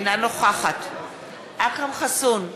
אינה נוכחת אכרם חסון,